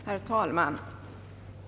Herr talman!